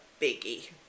biggie